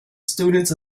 students